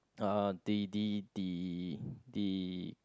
uh the the the the